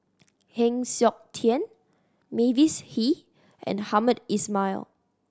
Heng Siok Tian Mavis Hee and Hamed Ismail